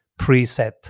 preset